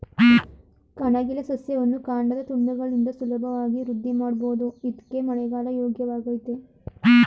ಕಣಗಿಲೆ ಸಸ್ಯವನ್ನು ಕಾಂಡದ ತುಂಡುಗಳಿಂದ ಸುಲಭವಾಗಿ ವೃದ್ಧಿಮಾಡ್ಬೋದು ಇದ್ಕೇ ಮಳೆಗಾಲ ಯೋಗ್ಯವಾಗಯ್ತೆ